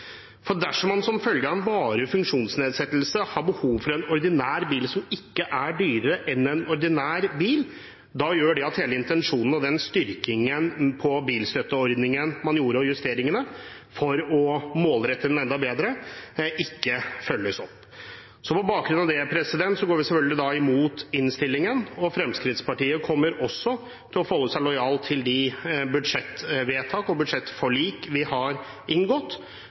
For dersom man som følge av en varig funksjonsnedsettelse har behov for en ordinær bil som ikke er dyrere enn en ordinær bil, da gjør det at hele intensjonen – og den styrkingen av bilstøtteordningen og justeringene man gjorde for å målrette den enda bedre – ikke følges opp. På bakgrunn av det går vi da selvfølgelig imot innstillingen. Fremskrittspartiet kommer også til å forholde seg lojal til de budsjettvedtak og budsjettforlik vi har inngått,